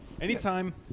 anytime